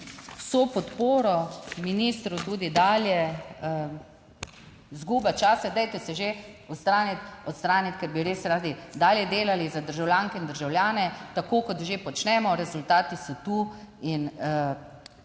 vso podporo ministru, tudi dalje, izguba časa, dajte se že odstraniti, odstraniti, ker bi res radi dalje delali za državljanke in državljane, tako kot že počnemo. Rezultati so tu in nehajte